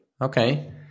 okay